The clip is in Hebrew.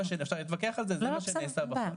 אפשר גם להתווכח על זה אבל זה מה שנעשה בפועל.